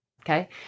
Okay